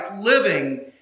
living